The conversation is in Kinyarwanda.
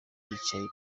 yicaye